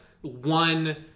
one